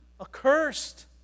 Accursed